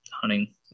hunting